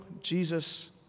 Jesus